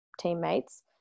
teammates